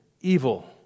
evil